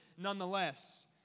nonetheless